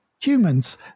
humans